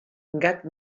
gat